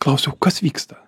klausiau kas vyksta